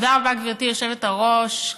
גברתי היושבת-ראש.